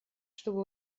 чтобы